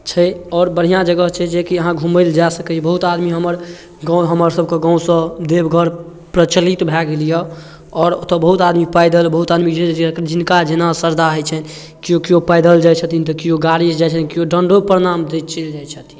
छै आओर बढ़िआँ जगह छै जे कि अहाँ घुमैलए जा सकै छी बहुत आदमी हमर गाम हमरसबके गामसँ देवघर प्रचलित भऽ गेल अइ आओर ओतऽ बहुत आदमी पैदल बहुत आदमी जे छै जिनका जेना श्रद्धा होइ छनि केओ केओ पैदल जाइ छथिन तऽ केओ गाड़ीसँ जाइ छथिन केओ दण्डो प्रणाम दैत चलि जाए छथिन